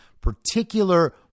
particular